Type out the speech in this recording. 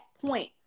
point